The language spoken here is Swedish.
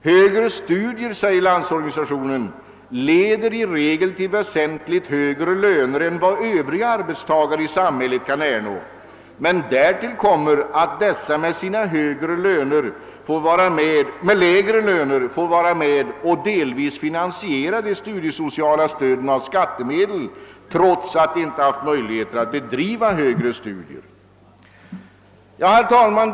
Högre studier leder, framhåller LO, i regel till väsentligt högre löner än vad övriga arbetstagare i samhället kan ernå, men därtill kommer att dessa med sina lägre löner får vara med och delvis finansiera de studiesociala stöden av skattemedel, trots att de inte haft möjligheter att bedriva högre studier. Herr talman!